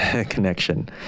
connection